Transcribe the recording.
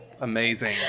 Amazing